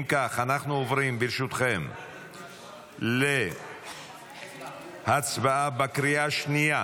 אם כך אנחנו עוברים ברשותכם להצבעה בקריאה השנייה